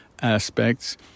aspects